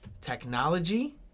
technology